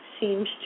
seems